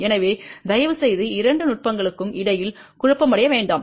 எனவே தயவுசெய்து இரண்டு நுட்பங்களுக்கும் இடையில் குழப்பமடைய வேண்டாம்